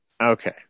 Okay